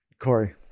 Corey